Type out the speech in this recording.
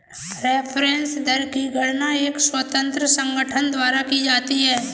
reference दर की गणना एक स्वतंत्र संगठन द्वारा की जाती है